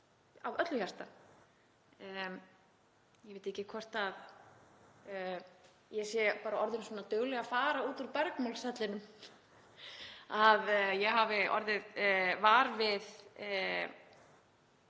búum við. Ég veit ekki hvort ég sé bara orðin svona dugleg að fara út úr bergmálshellinum en ég hef orðið vör við